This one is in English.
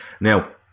Now